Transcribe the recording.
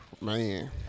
man